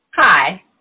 Hi